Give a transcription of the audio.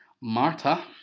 Marta